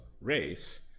race